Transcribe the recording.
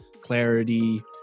clarity